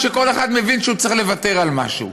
שכל אחד מבין שהוא צריך לוותר על משהו.